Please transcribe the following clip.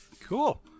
Cool